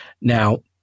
Now